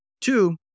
Two